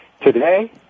Today